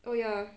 oh ya